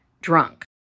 drunk